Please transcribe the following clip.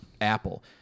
Apple